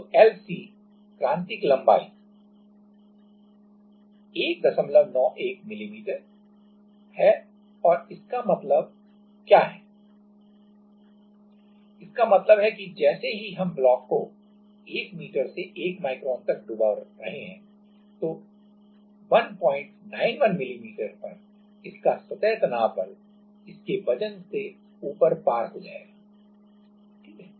तो Lc या क्रांतिक लंबाई 191 मिमी और इसका क्या मतलब क्या है इसका मतलब है कि जैसे ही हम ब्लॉक को 1 मीटर से 1 माइक्रोन तक डुबो रहे हैं तो 191 मिमी पर इसका सतह तनाव बल वजन से ऊपर पार हो जाएगा ठीक है